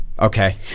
Okay